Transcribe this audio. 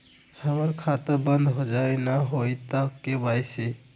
हमर खाता बंद होजाई न हुई त के.वाई.सी?